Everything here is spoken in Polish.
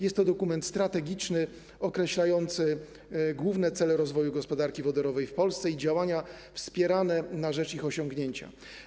Jest to dokument strategiczny określający główne cele rozwoju gospodarki wodorowej w Polsce i działania na rzecz ich osiągnięcia.